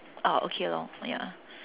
oh okay lor ya